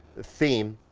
theme,